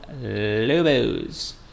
Lobos